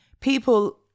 people